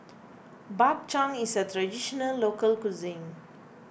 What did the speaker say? Bak Chang is a Traditional Local Cuisine